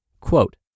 quote